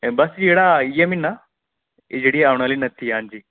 बस जेह्ड़ा इ'यै म्हीना ऐ एह् जेहड़ी औने आह्ली नत्ती हां जी